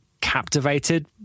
captivated